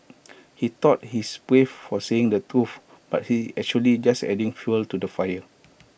he thought he's brave for saying the truth but he's actually just adding fuel to the fire